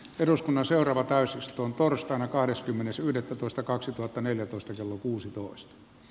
eduskunnan seuraava täysistun torstaina kahdeskymmenes yhdettätoista kaksituhattaneljätoista kello kuusitoista